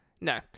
No